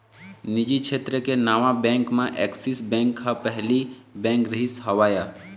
निजी छेत्र के नावा बेंक म ऐक्सिस बेंक ह पहिली बेंक रिहिस हवय